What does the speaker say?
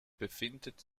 befindet